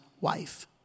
wife